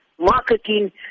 marketing